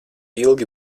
ilgi